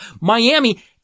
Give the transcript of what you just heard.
Miami